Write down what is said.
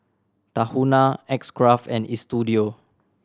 Tahuna X Craft and Istudio